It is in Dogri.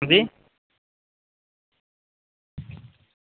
हां जी